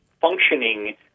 functioning